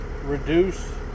reduce